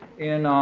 and